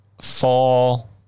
fall